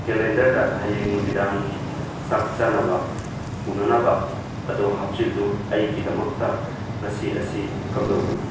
ꯀꯦꯂꯦꯟꯗꯔꯗ ꯍꯌꯦꯡ ꯅꯨꯃꯤꯗꯥꯡꯒꯤ ꯆꯥꯛ ꯆꯥꯅꯕ ꯎꯅꯅꯕ ꯑꯗꯨ ꯍꯞꯆꯤꯜꯂꯨ ꯑꯩꯒꯤꯗꯃꯛꯇ ꯉꯁꯤ ꯑꯁꯤ ꯀꯝꯗꯧꯒꯅꯤ